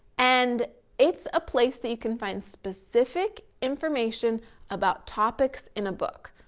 and it's a place that you can find specific, information about topics in a book.